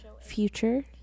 future